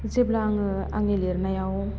जेब्ला आङो आंनि लिरनायाव